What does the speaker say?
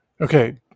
Okay